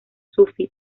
sufí